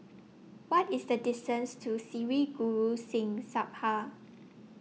What IS The distance to Sri Guru Singh Sabha